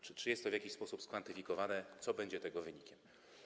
Czy jest to w jakiś sposób skwantyfikowane i co będzie tego wynikiem?